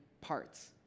parts